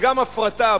וגם הפרטה,